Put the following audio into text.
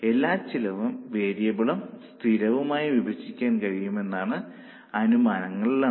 എല്ലാ ചെലവും വേരിയബിളും സ്ഥിരവും ആയി വിഭജിക്കാൻ കഴിയുമെന്നതാണ് അനുമാനങ്ങളിലൊന്ന്